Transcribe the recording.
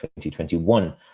2021